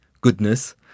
goodness